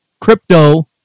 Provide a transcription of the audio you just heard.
crypto